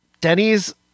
Denny's